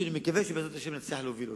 שאני מקווה שבעזרת השם נצליח להוביל.